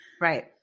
Right